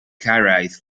karaite